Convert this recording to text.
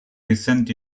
recent